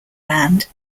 land